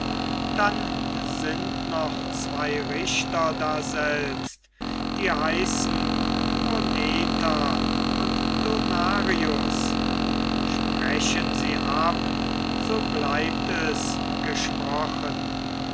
dann sind noch zwei richter daselbst die heißen moneta und donarius sprechen sie ab so bleibt es gesprochen